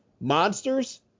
monsters